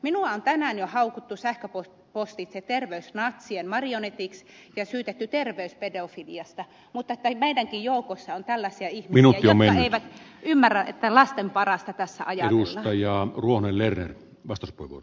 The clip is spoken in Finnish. minua on tänään jo haukuttu sähköpostitse terveysnatsien marionetiksi ja syytetty terveyspedofiliasta mutta että meidänkin joukossamme on tällaisia ihmisiä jotka eivät ymmärrä että lasten parasta tässä ajan raja on luonnonler vastus ajatellaan